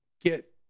get